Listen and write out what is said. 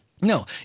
No